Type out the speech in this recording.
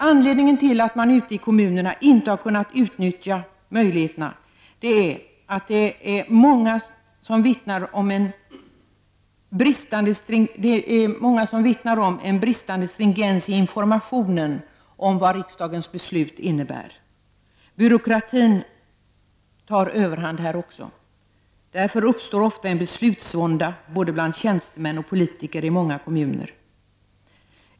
Anledningen till att man ute i kommunerna inte har kunnat utnyttja möjligheterna är, såsom omvittnas på många håll, en brist på stringens i informationen om vad riksdagens beslut innebär. Byråkratin tar överhand också här. Därför uppstår ofta en beslutsvånda bland både tjänstemän och politiker i många kommuner.